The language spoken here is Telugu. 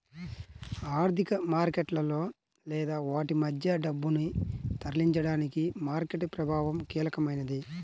ఆర్థిక మార్కెట్లలో లేదా వాటి మధ్య డబ్బును తరలించడానికి మార్కెట్ ప్రభావం కీలకమైనది